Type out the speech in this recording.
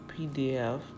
PDF